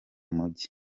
mugi